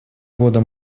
года